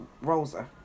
Rosa